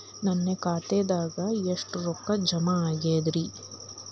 ನನ್ನ ಖಾತೆದಾಗ ಎಷ್ಟ ರೊಕ್ಕಾ ಜಮಾ ಆಗೇದ್ರಿ?